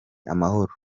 amahoro